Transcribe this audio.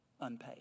unpaid